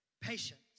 patience